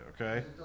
okay